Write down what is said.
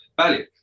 value